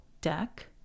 deck